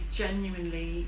genuinely